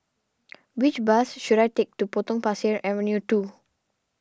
which bus should I take to Potong Pasir Avenue two